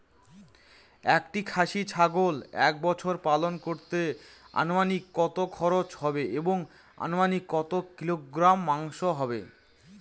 একটি খাসি ছাগল এক বছর পালন করতে অনুমানিক কত খরচ হবে এবং অনুমানিক কত কিলোগ্রাম মাংস হবে?